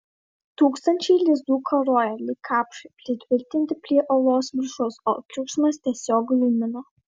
tūkstančiai lizdų karojo lyg kapšai pritvirtinti prie olos viršaus o triukšmas tiesiog glumino